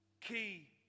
Key